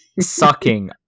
Sucking